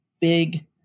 big